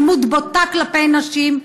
אלימות בוטה כלפי נשים.